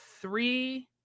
three